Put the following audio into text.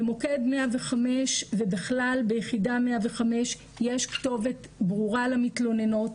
במוקד 105 ובכלל ביחידה 105 יש כתובת ברורה למתלוננות,